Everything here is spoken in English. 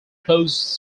close